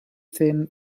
thin